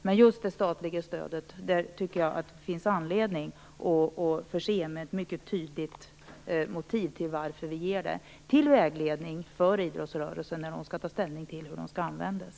Det finns anledning att förse just det statliga stödet med ett mycket tydligt motiv till att det ges, till vägledning när idrottsrörelsen skall ta ställning till hur det skall användas.